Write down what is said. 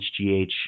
HGH